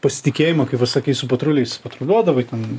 pasitikėjimą kaip va sakei su patruliais patruliuodavai ten